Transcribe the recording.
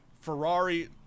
Ferrari